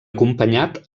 acompanyat